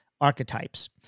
archetypes